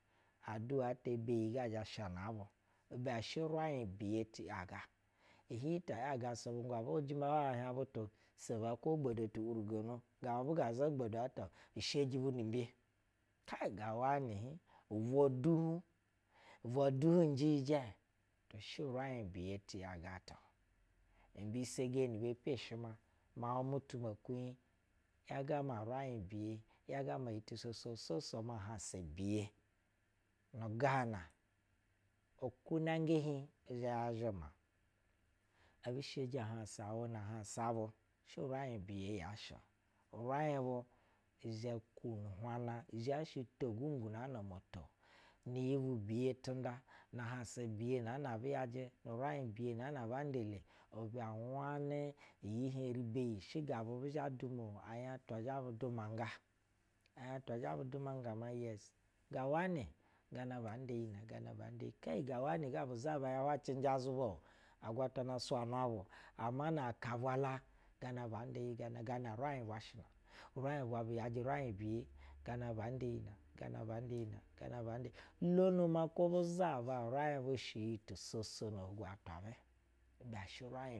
Adua ta beyi zha sha nab u. ibɛ shɛ rain biye ti yaga giy ta yaga isɛbwɛngwɛ. Abu hwuje hwai ma butu so ogbodo bo wurago, gabu buga gbodo ata ai ga wanɛ na ubira du by ubwa du hb njɛ yɛ shɛ rain biye ti yaga ta-o mbi se geni bepe ce na maub mutu me kwunyi urain biye a shɛ soso masha mi biye nu gana ukunanga hi izhɛ ya zhɛma ebu sheji ahansa wɛ na hansa bu uwama fi beyi urain bu uzha to hwana uzhashɛ to du nu hama hwana na iyi biye tinda ni iyi biye na na abu yakɛ ni iyi biye na abi zhɛ banda le iyi heri beyi shɛ gabu bi zhv duma anya atwa zhɛ bu dumanga anya tra zhɛ bu dumanga ma yes ga wani gana banda iyi na ayi ga wani gana babda ya cɛnjɛ azuba-o agwatana surana bu ama naka bwa la banda yi ehieh bwa bu yajɛ raih biye bana ban da yi ban aba nda yi lono ma kwo bu zaba urain biiye tu soso.